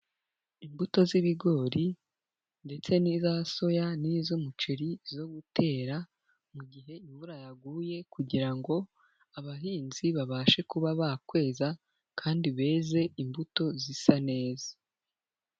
Imbuto z'ibigori ndetse n'iza soya, n'iz'umuceri zo gutera mu gihe imvura yaguye kugira ngo abahinzi babashe kuba bakweza, kandi beze imbuto zisa neza.